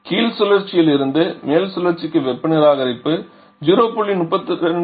கீழ் சுழற்சியில் இருந்து மேல் சுழற்சிக்கு வெப்ப நிராகரிப்பு 0